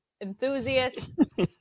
enthusiast